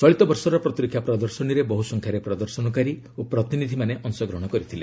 ଚଳିତ ବର୍ଷର ପ୍ରତିରକ୍ଷା ପ୍ରଦର୍ଶନୀରେ ବହୁ ସଂଖ୍ୟାରେ ପ୍ରଦର୍ଶନକାରୀ ଓ ପ୍ରତିନିଧିମାନେ ଅଂଶଗ୍ରହଣ କରିଥିଲେ